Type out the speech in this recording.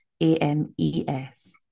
a-m-e-s